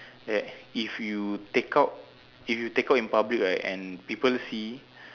that if you take out if you take out in public right and people see